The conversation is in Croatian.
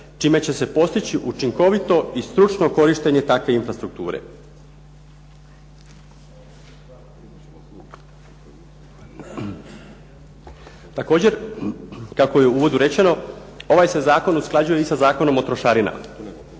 čime će se postići učinkovito i stručno korištenje takve infrastrukture. Također kako je u uvodu rečeno ovaj se zakon usklađuje i sa Zakonom o trošarinama.